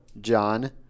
John